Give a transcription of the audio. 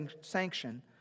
sanction